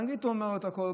באנגלית הוא אומר את הכול,